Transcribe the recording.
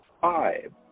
five